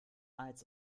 als